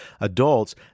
adults